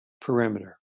perimeter